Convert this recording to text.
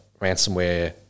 ransomware